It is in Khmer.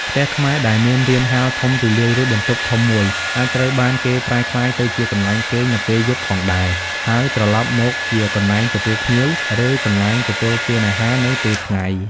ផ្ទះខ្មែរដែលមានរានហាលធំទូលាយ ឬបន្ទប់ធំមួយ អាចត្រូវបានគេប្រែក្លាយទៅជាកន្លែងគេងនៅពេលយប់ផងដែរ ហើយត្រឡប់មកជាកន្លែងទទួលភ្ញៀវ ឬកន្លែងទទួលទានអាហារនៅពេលថ្ងៃ។។